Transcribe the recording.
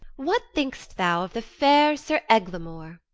what think'st thou of the fair sir eglamour?